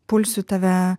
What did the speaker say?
pulsiu tave